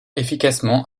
efficacement